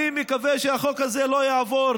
אני מקווה שהחוק הזה לא יעבור.